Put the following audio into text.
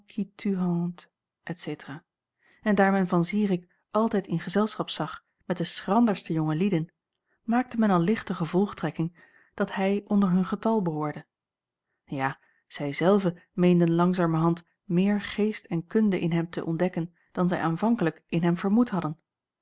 etc en daar men van zirik altijd in gezelschap zag met de schranderste jonge lieden maakte men al licht de gevolgtrekking dat hij onder hun getal behoorde ja zij zelve meenden langzamerhand meer geest en kunde in hem te ontdekken dan zij aanvankelijk in hem vermoed hadden